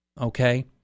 okay